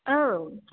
औ